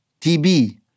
TB